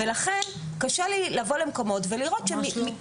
לכן קשה לי לבוא למקומות ולראות שכלום.